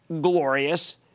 glorious